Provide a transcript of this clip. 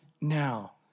now